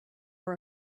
are